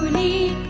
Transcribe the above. a